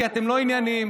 כי אתם לא ענייניים,